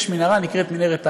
יש מנהרה שנקראת מנהרת הארזים.